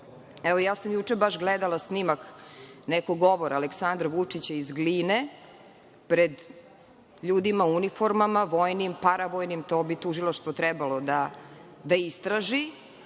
sam juče gledala snimak nekog govora Aleksandra Vučića iz Gline, pred ljudima u uniformama, vojnim, paravojnim, to bi Tužilaštvo trebalo da istraži,